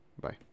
bye